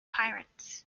pirates